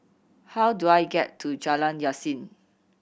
how do I get to Jalan Yasin